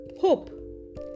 hope